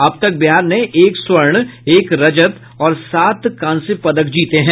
अब तक बिहार ने एक स्वर्ण एक रजत और सात कांस्य पदक जीते हैं